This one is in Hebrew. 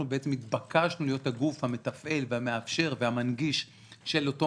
התבקשנו להיות הגוף המתפעל והמאפשר והמנגיש של אותם